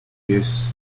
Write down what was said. gus